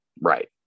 right